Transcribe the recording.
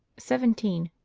seventeen.